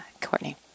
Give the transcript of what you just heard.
Courtney